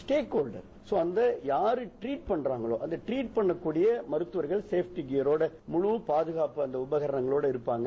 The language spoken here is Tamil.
ஸ்டேக் ஹோல்டர்ஸ் அதாவது யாரு டிரிட் பண்றாங்களோ டிரிட் பண்ணக்கூடிய மருத்துவர்கள் சேப்டி கியரோட முழு பாதுகாப்பு அந்த உபகரணத்தோடு இருப்பாங்க